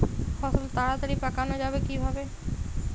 ফসল তাড়াতাড়ি পাকানো যাবে কিভাবে?